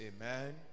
Amen